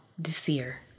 Desir